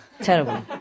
Terrible